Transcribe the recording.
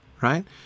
right